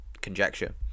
conjecture